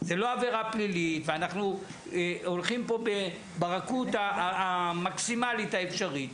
זו לא עבירה פלילית ואנחנו הולכים פה ברכות המקסימלית האפשרית,